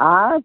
हा